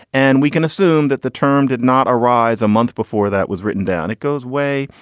and we can assume that the term did not arise a month before that was written down. it goes way,